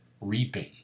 reaping